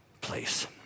place